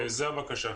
זו הבקשה.